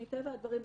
מטבע הדברים,